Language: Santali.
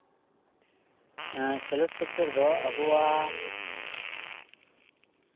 ᱮᱸᱜ ᱠᱷᱮᱸᱞᱳᱰ ᱥᱮᱠᱴᱚᱨ ᱫᱚ ᱟᱵᱚᱣᱟᱜ